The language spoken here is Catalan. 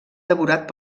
devorat